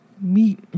meat